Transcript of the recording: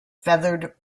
feathered